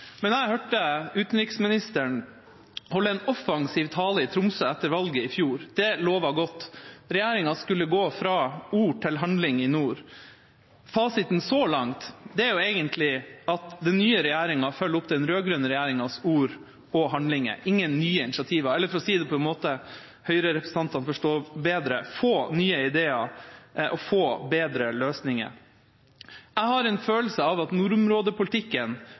Men jeg hørte utenriksministeren holde en offensiv tale i Tromsø etter valget i fjor. Det lovet godt. Regjeringa skulle gå fra ord til handling i nord. Fasiten så langt er egentlig at den nye regjeringa følger opp den rød-grønne regjeringas ord og handlinger – ingen nye initiativ. Eller for å si det på en måte Høyre-representanter forstår bedre: få nye ideer og få bedre løsninger. Jeg har en følelse av at nordområdepolitikken